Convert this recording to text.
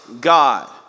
God